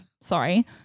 Sorry